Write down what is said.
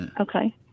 Okay